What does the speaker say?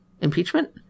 impeachment